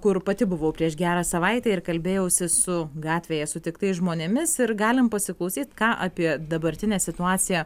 kur pati buvau prieš gerą savaitę ir kalbėjausi su gatvėje sutiktais žmonėmis ir galim pasiklausyt ką apie dabartinę situaciją